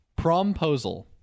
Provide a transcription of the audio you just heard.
Promposal